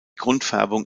grundfärbung